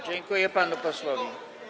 Dziękuję panu posłowi.